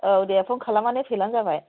औ दे फ'न खालामनानै फैब्लानो जाबाय